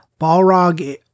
Balrog